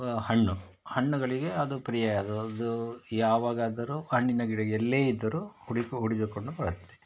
ಹಣ್ಣು ಹಣ್ಣುಗಳಿಗೆ ಅದು ಪ್ರಿಯೆ ಅದರದ್ದು ಯಾವಾಗಾದರೂ ಹಣ್ಣಿನ ಗಿಡ ಎಲ್ಲೇ ಇದ್ದರೂ ಹುಡುಕಿ ಹುಡಿಕಿಕೊಂಡು ಬರುತ್ತೆ